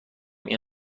این